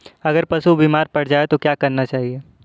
अगर पशु बीमार पड़ जाय तो क्या करना चाहिए?